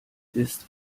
ist